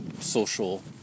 social